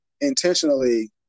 intentionally